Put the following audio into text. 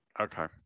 okay